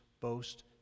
boast